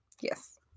Yes